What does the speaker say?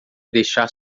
deixar